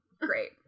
Great